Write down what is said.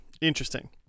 interesting